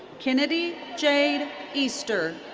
kennedy jade easter.